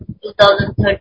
2013